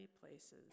places